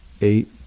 Eight